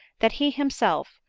that he himself,